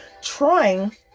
trying